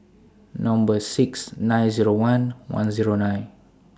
Number six nine Zero one one Zero nine